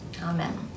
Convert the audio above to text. Amen